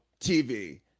TV